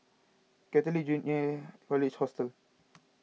Catholic Junior College Hostel